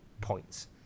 points